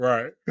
Right